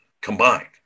combined